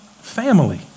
family